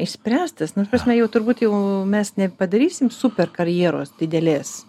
išspręstas nu ta prasme jau turbūt jau mes nepadarysim super karjeros didelės